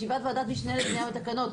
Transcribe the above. ישיבת ועדת משנה לחוקים ותקנות,